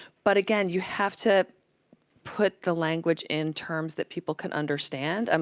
but again, you have to put the language in terms that people can understand. um